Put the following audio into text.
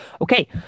Okay